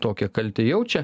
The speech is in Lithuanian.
tokią kaltę jaučia